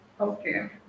Okay